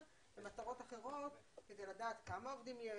למטרות אחרות כדי לדעת כמה עובדים יש,